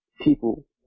people